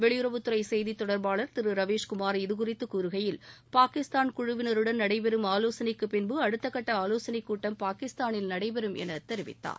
வெளியுறவுத்துறை செய்தி தொடர்பாளர் திரு ரவீஸ்குமார் இதுகுறித்து கூறுகையில் பாகிஸ்தான் குழுவினருடன் நடைபெறும் ஆலோசனைக்கு பின்பு அடுத்த கட்ட ஆலோசனை கூட்டம் பாகிஸ்தானில் நடத்தப்படும் என தெரிவித்தார்